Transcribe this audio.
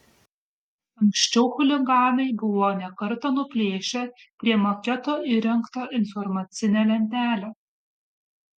anksčiau chuliganai buvo ne kartą nuplėšę prie maketo įrengtą informacinę lentelę